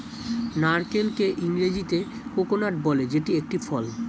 নারকেলকে ইংরেজিতে কোকোনাট বলে যেটি একটি ফল